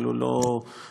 אבל הוא לא אוטומטי,